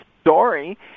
story